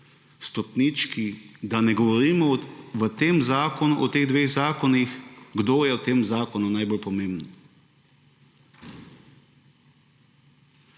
da ne govorimo o teh dveh zakonih, kdo je v tem zakonu najbolj pomemben.